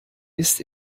ist